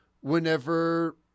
whenever